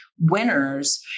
winners